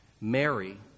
Mary